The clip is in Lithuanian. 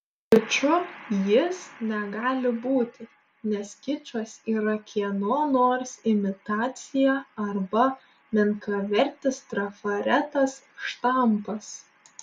kiču jis negali būti nes kičas yra kieno nors imitacija arba menkavertis trafaretas štampas